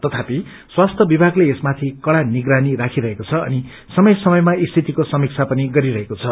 तथापि स्वास्यि विभागले यसमाथि कड़ा निगरानी राखिरहेको छ अनि समय समयमा स्थितिको समीक्षा पनि गरिरहेको छ